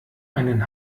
einen